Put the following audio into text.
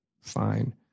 fine